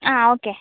ആ ഓക്കെ